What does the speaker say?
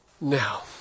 now